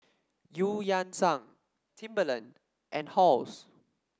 Eu Yan Sang Timberland and Halls